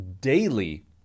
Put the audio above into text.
daily